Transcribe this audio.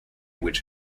which